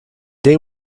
day